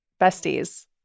Besties